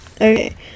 Okay